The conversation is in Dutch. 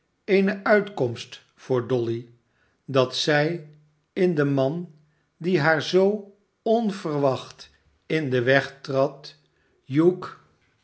eene uitkomst voor dolly dat zij in den man die haar zoo onverwacht in den weg trad hugh